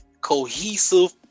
cohesive